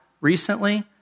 recently